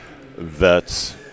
vets